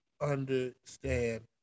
understand